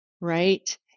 right